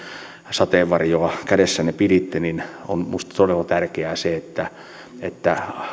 sateenvarjoa kädessänne piditte niin minusta on todella tärkeää se että että